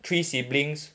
three siblings